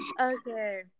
Okay